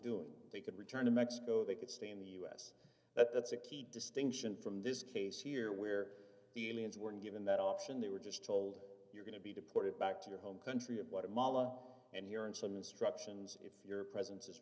doing they could return to mexico they could stay in the u s but that's a key distinction from this case here where the aliens were given that option they were just told you're going to be deported back to your home country of what amala and here and some instructions if your presence is